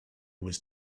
was